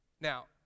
Now